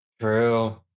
True